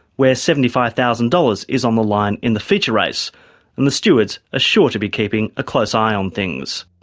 where seventy five thousand dollars is on the line in the feature race and the stewards are ah sure to be keeping a close eye on things.